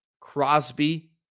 Crosby